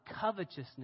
covetousness